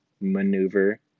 maneuver